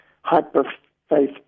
hyper-faith